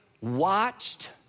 watched